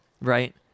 right